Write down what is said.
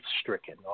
stricken